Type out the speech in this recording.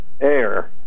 air